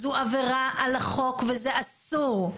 זו עבירה על החוק וזה אסור,